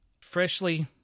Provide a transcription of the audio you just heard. freshly